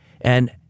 and-